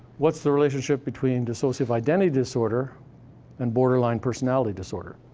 what's the relationship between dissociative identity disorder and borderline personality disorder?